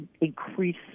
increase